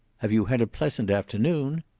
have you had a pleasant afternoon?